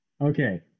Okay